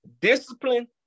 discipline